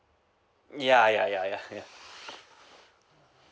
ya ya ya ya ya